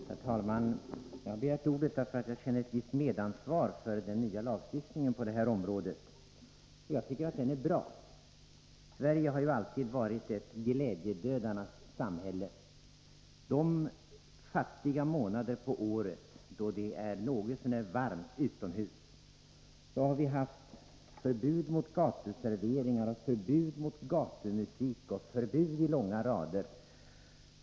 Herr talman! Jag har begärt ordet därför att jag känner ett visst medansvar för den nya lagstiftningen på det här området. Jag tycker att lagstiftningen är bra. Sverige har alltid varit ett glädjedödarnas samhälle. De fattiga månader på året då det är något så när varmt utomhus har vi haft förbud mot gatuservering, förbud mot gatumusik och förbud i långa rader.